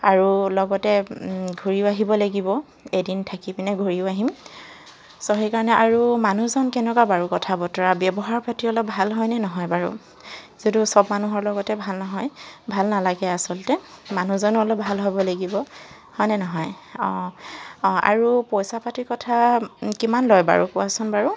আৰু লগতে ঘূৰিও আহিব লাগিব এদিন থাকিপেনে ঘূৰিও আহিম ছ' সেইকাৰণে আৰু মানুহজন কেনেকুৱা বাৰু কথা বতৰা ব্যৱহাৰ পাতি অলপ ভাল হয়নে নহয় বাৰু যিহেতু চব মানুহৰ লগতে ভাল নহয় ভাল নালাগে আচলতে মানুহজন অলপ ভাল হ'ব লাগিব হয়নে নহয় অঁ অঁ আৰু পইচা পাতি কথা কিমান লয় বাৰু কোৱাচোন বাৰু